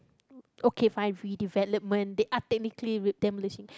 okay fine redevelopment they are technically demolishing